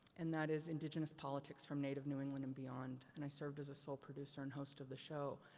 and that is indigenous politics from native new england and beyond. and i served as a sole producer and host of the show.